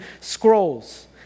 scrolls